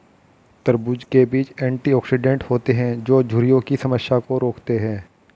तरबूज़ के बीज एंटीऑक्सीडेंट होते है जो झुर्रियों की समस्या को रोकते है